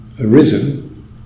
arisen